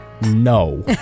no